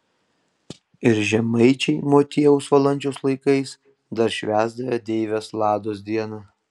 ir žemaičiai motiejaus valančiaus laikais dar švęsdavę deivės lados dieną